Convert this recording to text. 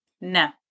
No